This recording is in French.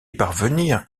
parvenir